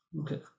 Okay